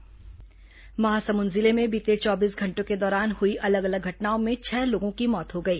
महासमुंद हत्या महासमुंद जिले में बीते चौबीस घंटों के दौरान हुई अलग अलग घटनाओं में छह लोगों की मौत हो गई